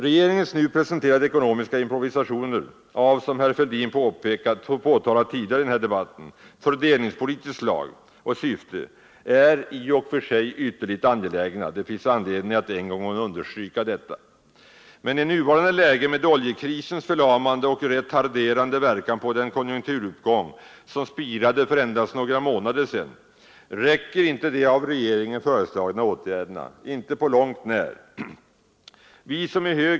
Regeringens nu presenterade ekonomiska improvisationer av — det har herr Fälldin påtalat tidigare i denna debatt — fördelningspolitiskt slag och syfte är i och för sig ytterligt angelägna. Det finns anledning att understryka detta. Men i nuvarande läge, med oljekrisens förlamande och retarderande verkan på den konjunkturuppgång som spirade för endast några månader sedan, räcker inte de av regeringen föreslagna åtgärderna — inte på långt när.